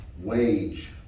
Wage